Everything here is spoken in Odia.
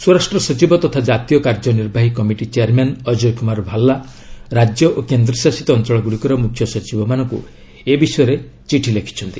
ସ୍ୱରାଷ୍ଟ୍ର ସଚିବ ତଥା କାତୀୟ କାର୍ଯ୍ୟ ନିର୍ବାହୀ କମିଟି ଚେୟାରମ୍ୟାନ୍ ଅଜୟ କୁମାର ଭାଲ୍ଲା ରାଜ୍ୟ ଓ କେନ୍ଦ୍ରଶାସିତ ଅଞ୍ଚଳ ଗୁଡ଼ିକର ମୁଖ୍ୟ ସଚିବମାନଙ୍କୁ ଏ ବିଷୟରେ ଚିଠି ଲେଖିଛନ୍ତି